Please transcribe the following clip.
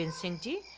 and singh jhabbar.